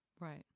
Right